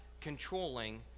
controlling